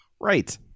Right